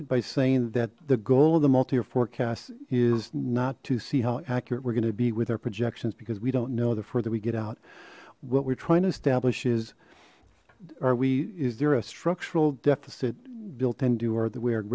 it by saying that the goal of the multi or forecast is not to see how accurate we're going to be with our projections because we don't know the further we get out what we're trying to establish is are we is there a structural deficit built in do or the w